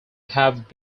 have